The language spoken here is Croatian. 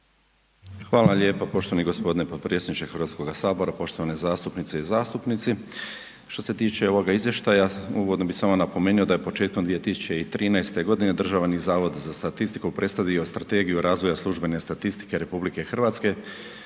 Hvala lijepa poštovani g. potpredsjedniče Hrvatskog sabora, poštovane zastupnice i zastupnici. Što se tiče ovoga izvještaja, uvodno bi samo napomenuo da je početkom 2013. g. Državni zavod za statistiku predstavio Strategiju razvoja službene statistike RH koja se